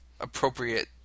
appropriate